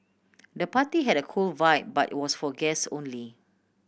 the party had a cool vibe but was for guests only